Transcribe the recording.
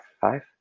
five